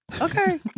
Okay